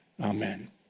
Amen